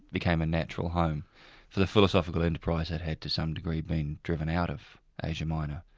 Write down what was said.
became a natural home for the philosophical enterprise that had to some degree, been driven out of asia minor.